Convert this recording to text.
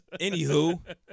Anywho